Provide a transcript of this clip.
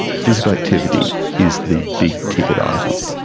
physical activity is the big-ticket item,